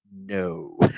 no